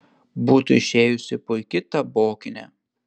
būtų išėjusi puiki tabokinė